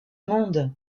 monde